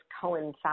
coincide